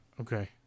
Okay